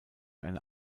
eine